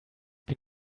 been